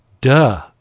Duh